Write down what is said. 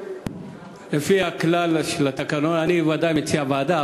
לפי הכלל של התקנון אני ודאי מציע ועדה,